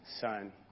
son